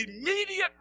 immediate